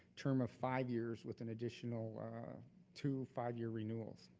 term of five years with an additional two five year renewals.